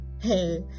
Hey